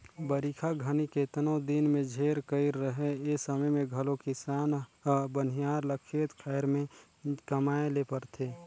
बरिखा घनी केतनो दिन ले झेर कइर रहें ए समे मे घलो किसान ल बनिहार ल खेत खाएर मे कमाए ले परथे